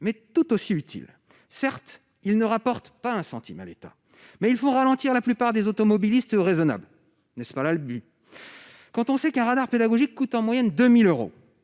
mais tout aussi utile, certes ils ne rapportent pas un centime à l'État, mais il faut ralentir la plupart des automobilistes raisonnables n'est-ce pas là le but quand on sait qu'un radar pédagogique coûte en moyenne 2000 euros